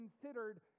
considered